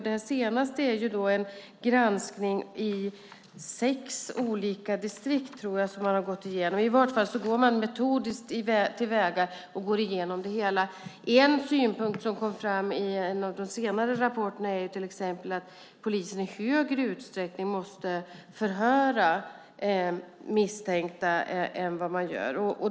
Den senaste är en granskning av sex olika distrikt som de har gått igenom. I vart fall går de metodiskt till väga när de går igenom det hela. En synpunkt som kommit fram i en av de senare rapporterna är till exempel att polisen i större utsträckning måste förhöra misstänkta än vad man nu gör.